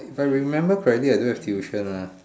if I remember correctly I don't have tuition lah